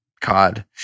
cod